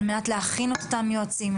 על מנת להכין את אותם יועצים,